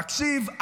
תקשיב,